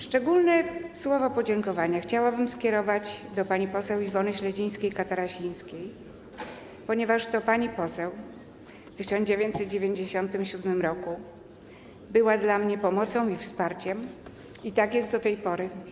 Szczególne słowa podziękowania chciałabym skierować do pani poseł Iwony Śledzińskiej-Katarasińskiej, ponieważ to pani poseł w 1997 r. była dla mnie pomocą i wsparciem, i tak jest do tej pory.